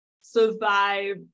survive